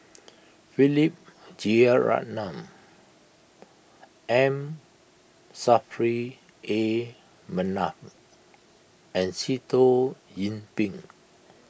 Philip Jeyaretnam M Saffri A Manaf and Sitoh Yih Pin